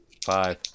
five